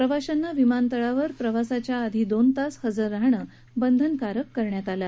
प्रवाशांना विमनतळावर प्रवासाच्या दोन तास आधी हजर राहणं बंधनकारक करण्यात आलं आहे